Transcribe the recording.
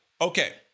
Okay